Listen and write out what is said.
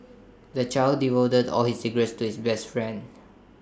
the child divulged all his secrets to his best friend